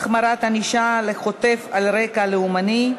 החמרת ענישה לחוטף על רקע לאומני),